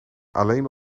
alleen